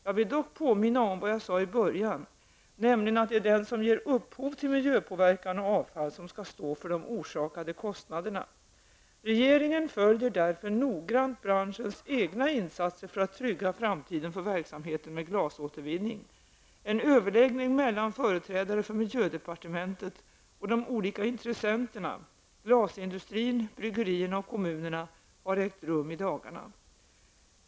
Jag vill dock påminna om vad jag sade i början, nämligen att det är den som ger upphov till miljöpåverkan och avfall som skall stå för de orsakade kostnaderna. Regeringen följer därför noggrant branschens egna insatser för att trygga framtiden för verksamheten med glasåtervinning. En överläggning mellan företrädare för miljödepartementet och de olika intressenterna, dvs. glasindustrin, bryggerierna och kommunerna, har ägt rum i dagarna.